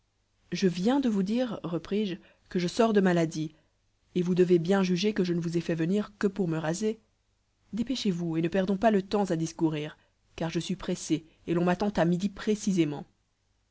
je viens de vous dire repris-je que je sors de maladie et vous devez bien juger que je ne vous ai fait venir que pour me raser dépêchez-vous et ne perdons pas le temps à discourir car je suis pressé et l'on m'attend à midi précisément